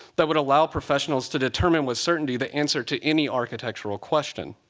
that would allow professionals to determine with certainty the answer to any architectural question.